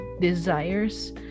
desires